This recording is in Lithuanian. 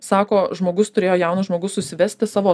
sako žmogus turėjo jaunas žmogus užsivesti savo